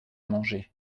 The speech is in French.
manger